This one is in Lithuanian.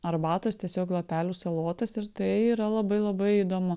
arbatos tiesiog lapelių salotas ir tai yra labai labai įdomu